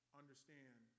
understand